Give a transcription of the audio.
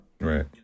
Right